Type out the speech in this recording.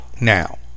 now